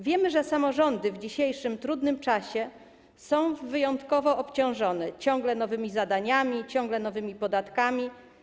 Wiemy, że samorządy w dzisiejszym trudnym czasie są wyjątkowo obciążone - ciągle nowe zadania, ciągle nowe podatki.